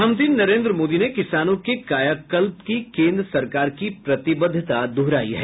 प्रधानमंत्री नरेन्द्र मोदी ने किसानों के कायाकल्प की केन्द्र सरकार की प्रतिबद्धता दोहराई है